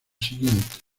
siguientes